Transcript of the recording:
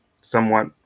somewhat